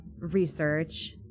research